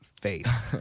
face